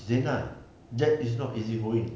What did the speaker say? zina that is not easy-going